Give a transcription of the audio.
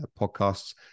podcasts